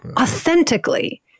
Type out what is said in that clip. authentically